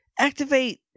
activate